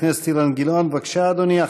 חבר הכנסת אילן גילאון, בבקשה, אדוני.